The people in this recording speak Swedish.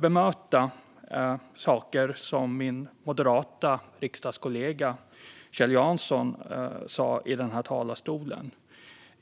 bemöta saker som min moderata riksdagskollega Kjell Jansson sa i den här talarstolen.